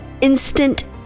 instant